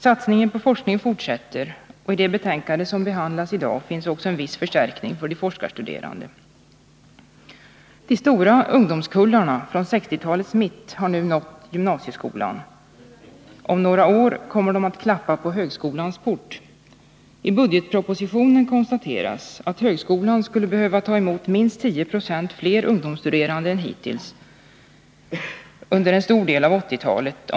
Satsningen på forskning fortsätter, och i det betänkande som behandlas i dag finns också en viss förstärkning för de forskarstuderande. De stora ungdomskullarna från 1960-talets mitt har nu nått gymnasieskolan. Om några år kommer de att klappa på högskolans port. I budgetpropositionen konstateras att högskolan skulle behöva ta emot minst 10 92 fler ungdomsstuderande än hittills under en stor del av 1980-talet.